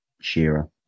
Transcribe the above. Shearer